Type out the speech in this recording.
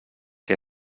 que